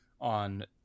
on